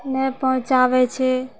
नहि पहुँचाबै छै